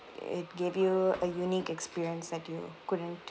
it gave you a unique experience that you couldn't